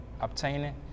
obtaining